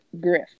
Griff